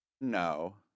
No